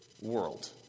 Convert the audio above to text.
world